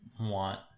want